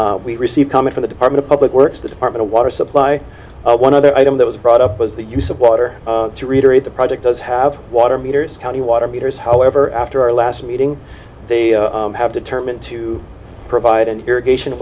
unicef we receive come in from the department of public works the department of water supply one other item that was brought up was the use of water to reiterate the project does have water meters county water meters however after our last meeting they have determined to provide an irrigation